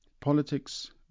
Politics